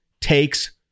takes